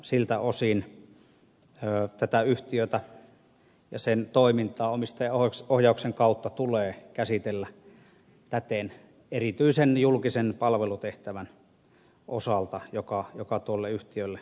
siltä osin tätä yhtiötä ja sen toimintaa omistajaohjauksen kautta tulee käsitellä täten erityisen julkisen palvelutehtävän osalta joka tuolle yhtiölle osoitetaan